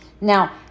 Now